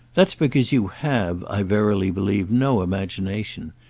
that's because you have, i verily believe, no imagination.